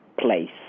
place